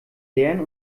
leeren